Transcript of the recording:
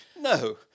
No